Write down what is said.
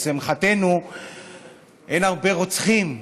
לשמחתנו אין הרבה רוצחים,